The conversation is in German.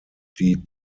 die